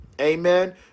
Amen